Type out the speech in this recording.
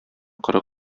коры